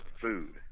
food